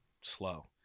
Slow